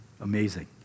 Amazing